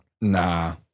nah